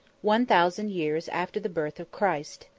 one thousand years after the birth of christ.